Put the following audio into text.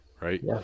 right